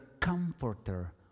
comforter